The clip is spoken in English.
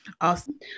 Awesome